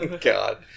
God